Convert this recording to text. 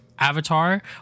avatar